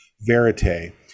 verite